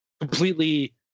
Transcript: completely